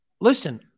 Listen